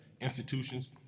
institutions